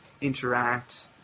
interact